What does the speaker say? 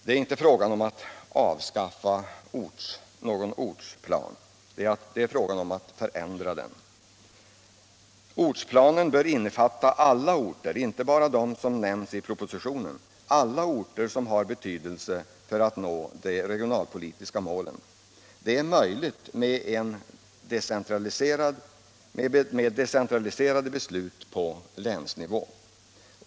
Det är inte fråga om att avskaffa någon ortsplan, det är fråga om att förändra den. Ortsplanen bör innefatta alla orter — inte bara de som nämns i propositionen — som har betydelse för att nå de regionalpolitiska målen. Det är möjligt med decentraliserade beslut på länsnivå.